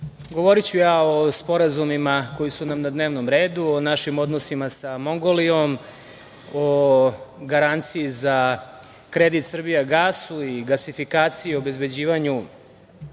govoriću o sporazumima koji su nam na dnevnom redu, našim odnosima sa Mongolijom, o garanciji za kredit Srbijagasu i gasifikaciji, obezbeđivanju